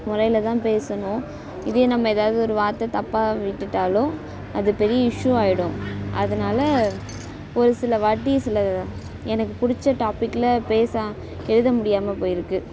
முறையில் தான் பேசணும் இதே நம்ம எதாவது ஒரு வார்த்தை தப்பாக விட்டுட்டாலோ அது பெரிய இஷ்யூவாயிடும் அதனால் ஒரு சில வாட்டி சில எனக்கு பிடிச்ச டாப்பிக்கில் பேச எழுத முடியாமல் போயிருக்கும்